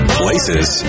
places